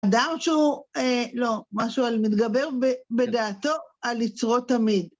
אדם שהוא, לא, משהו על מתגבר בדעתו, על יצרו תמיד.